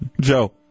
Joe